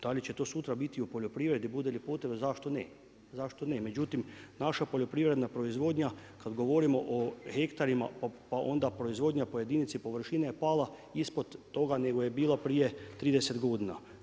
Da li će to sutra biti u poljoprivredi bude li potrebe zašto ne, međutim naša poljoprivredna proizvodnja kada govorimo o hektarima pa onda proizvodnja po jedinici površine je pala ispod toga nego je bila prije 30 godina.